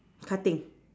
cutting